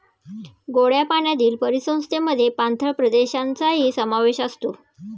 गोड्या पाण्यातील परिसंस्थेमध्ये पाणथळ प्रदेशांचाही समावेश असतो